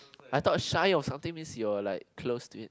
I thought shy of something means you are like close to it